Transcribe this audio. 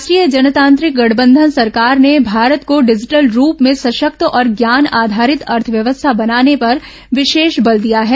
राष्ट्रीय जनतांत्रिक गठबंधन सरकार ने भारत को डिजिटल रूप में सशक्त और ज्ञान आधारित अर्थव्यवस्था बनाने पर विशेष बल दिया है